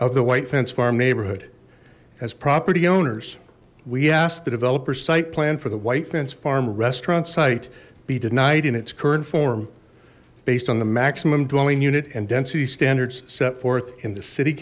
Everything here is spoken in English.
of the white fence farm neighborhood as property owners we asked the developers site plan for the white fence farm restaurant site be denied in its current form based on the maximum blowing unit and density standards set forth in the city